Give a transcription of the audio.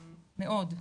מאוד.